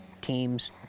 teams